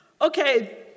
Okay